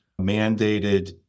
mandated